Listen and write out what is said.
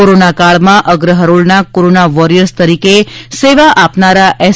corona કાળમાં અગ્રહરોળના corona warriors તરીકે સેવા આપનારા એસ